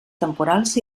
temporals